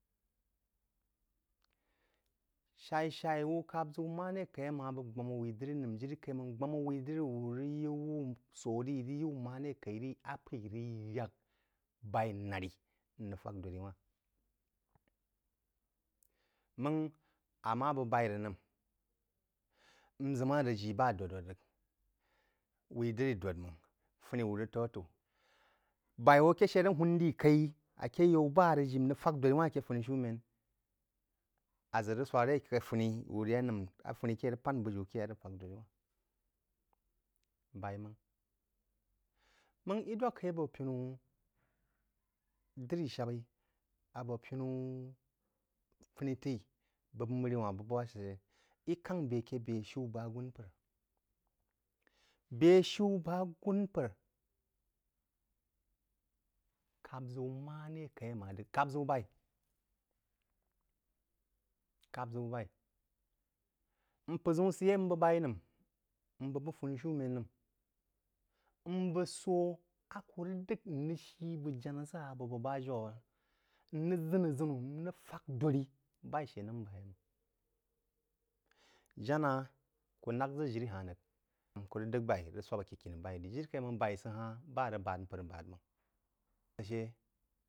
Shai-shai wú kap-ʒəu maré kaí a ma bəgk gbāma̍ wa̍i dirí nəm jiri-kaí mang gbá-m wúí diri wu rəg yí wú sō rí, rəg yí wú maré kaí rí a p’eí rəg yak b’aí nāri n p’eī rəg nəm, n ʒəm a rəg ji ba dōd dōd rəg, wúí diri dōd mang, fúní wú rəg t’u-t’u, b’aí wō kē shə rəg hūn di kai aké yaú bá a rəg jí n rəg fak dōd ri wanh aké funishūmēn, aʒə rəg swāk rē akē fúní wú rí, a nəm, a fúní ké rəg pān bujiú kē a rəg fāk dōd rí wanh? B’aí máng. Máng, í dwak-kaī abō pinú diri sháb-í, abō pinú fúní t’eí, bəg məri wanh bú ba shə, ī kang bē aké bē-shiú bəg agūn’mpər- bē-shiú bəg agūn-mpər kap-ʒəu marí-kaí amá d’əgh-kap-ʒəu baí-mp’ə-ʒəun sə yei n bəg b’aí na’m n bəg bú funishūmēn nəm, n bəg sō a kú rəg d’əgh shí bəg jánàʒá bəg bəgk ba̍-jaú, n rəg ʒan-aʒənu, n rəg fak dōd rí bá shə nəm bá yeí máng. Janá ku nak ʒə jin ha-hn rəg máng ku rəg d’əgh b’ai ha-hn né n rəg swáo aké khini b’aíjirí-kaí máng baī sə ha-hn ba á rəg bād mpər a bād máng. Ashə.